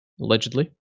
allegedly